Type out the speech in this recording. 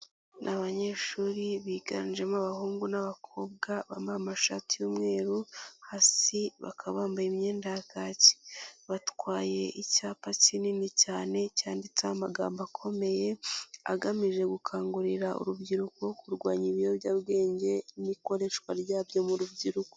Ni abanyeshuri biganjemo abahungu n'abakobwa bambaye amashati y'umweru hasi bakaba bambaye imyenda ya kaki, batwaye icyapa kinini cyane cyanditseho amagambo akomeye agamije gukangurira urubyiruko kurwanya ibiyobyabwenge n'ikoreshwa ryabyo mu rubyiruko.